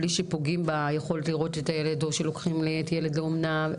בלי שפוגעים ביכולת לראות את הילד או שלוקחים את הילד לאומנה.